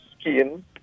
skin